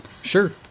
Sure